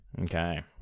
Okay